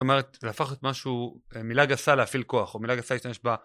זאת אומרת, זה הפך משהו, מילה גסה להפעיל כוח או מילה גסה להשתמש בה.